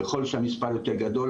ככל שהמספר יותר גדול,